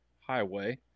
highway